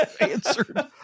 answered